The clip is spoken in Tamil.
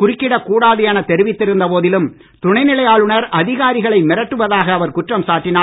குறுக்கிடக்கூடாது என தெரிவித்திருந்த போதிலும் துணைநிலை ஆளுநர் அதிகாரிகளை மிரட்டுவதாக அவர் குற்றம் சாட்டினார்